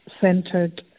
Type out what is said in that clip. centered